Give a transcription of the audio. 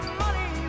money